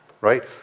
Right